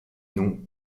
non